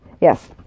Yes